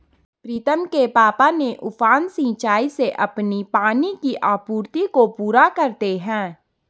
प्रीतम के पापा ने उफान सिंचाई से अपनी पानी की आपूर्ति को पूरा करते हैं